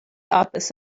office